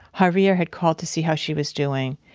javier had called to see how she was doing,